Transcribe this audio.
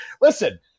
Listen